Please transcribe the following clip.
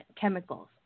chemicals